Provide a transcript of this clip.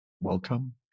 welcome